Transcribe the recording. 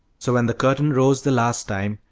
so when the curtain rose the last time,